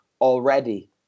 already